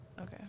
Okay